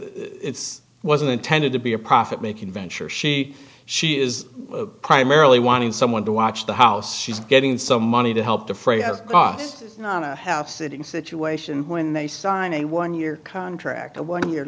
that wasn't intended to be a profit making venture she she is primarily wanting someone to watch the house she's getting some money to help defray has lost not a house sitting situation when they signed a one year contract a one year